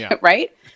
right